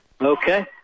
Okay